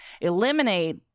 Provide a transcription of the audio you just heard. eliminate